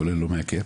כולל לא מהקאפ.